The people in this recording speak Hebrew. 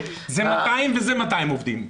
זה 200 וזה 200 מפעלים.